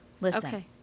Listen